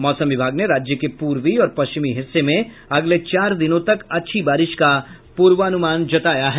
मौसम विभाग ने राज्य के पूर्वी और पश्चिमी हिस्से में अगले चार दिनों तक अच्छी बारिश का पूर्वानुमान जताया है